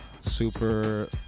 super